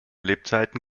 lebzeiten